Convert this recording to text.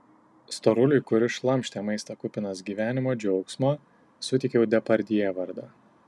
storuliui kuris šlamštė maistą kupinas gyvenimo džiaugsmo suteikiau depardjė vardą